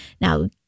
Now